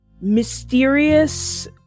mysterious